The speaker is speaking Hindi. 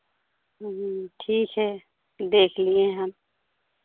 ठीक है देख लिए हम